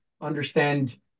understand